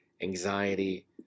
anxiety